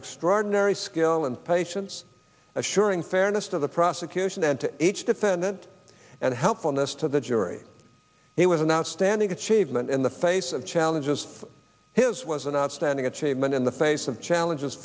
extraordinary skill and patience assuring fairness to the prosecution and to each defendant and helpfulness to the jury it was an outstanding achievement in the face of challenges of his was an outstanding achievement in the face of challenges